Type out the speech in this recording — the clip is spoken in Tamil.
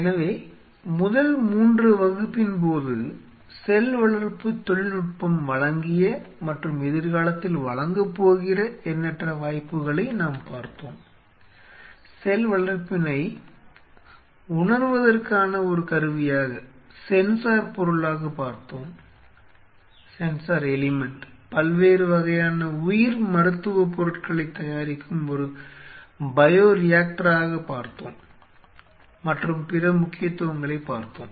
எனவே முதல் 3 வகுப்பின் போது செல் வளர்ப்பு தொழில்நுட்பம் வழங்கிய மற்றும் எதிர்காலத்தில் வழங்கப்போகிற எண்ணற்ற வாய்ப்புகளை நாம் பார்த்தோம் செல் வளர்ப்பினை உணர்வதற்கான ஒரு கருவியாக சென்சார் பொருளாகப் பார்த்தோம் பல்வேறு வகையான உயிர்மருத்துவப் பொருட்களைத் தயாரிக்கும் ஒரு பயோரியாக்டராகப் பார்த்தோம் மற்றும் பிற முக்கியத்துவங்களைப் பார்த்தோம்